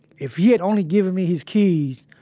if he had only given me his keys,